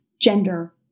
gender